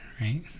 right